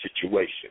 situation